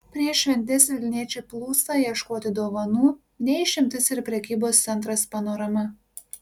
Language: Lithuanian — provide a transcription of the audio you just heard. prieš šventes vilniečiai plūsta ieškoti dovanų ne išimtis ir prekybos centras panorama